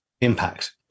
impact